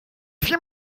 viel